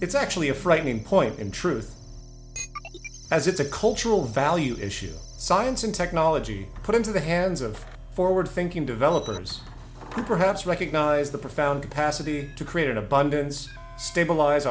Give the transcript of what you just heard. it's actually a frightening point in truth as it's a cultural value issue science and technology put into the hands of forward thinking developers who perhaps recognize the profound passerby to create an abundance stabilize